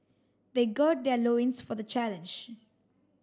they gird their loins for the challenge